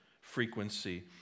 frequency